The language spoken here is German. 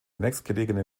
nächstgelegene